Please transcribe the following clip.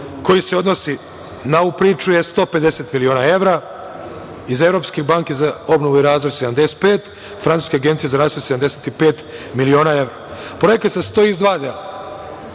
koji se odnosi na ovu priču je 150 miliona evra, iz Evropske banke za obnovu i razvoj 75, Francuske agencije za razvoj 75 miliona evra. Projekat se